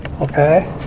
Okay